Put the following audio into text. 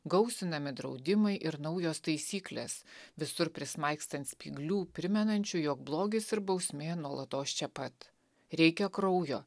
gausinami draudimai ir naujos taisyklės visur prismaigstant spyglių primenančių jog blogis ir bausmė nuolatos čia pat reikia kraujo